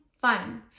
fun